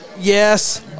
Yes